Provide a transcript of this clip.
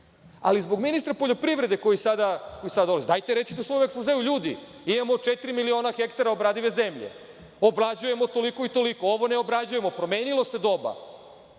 zbog ministra poljoprivrede koji je sada ovde, dajte, recite u svom ekspozeu – ljudi, imamo četiri miliona hektara obradive zemlje, obrađujemo toliko i toliko, ovo ne obrađujemo. Promenilo se doba,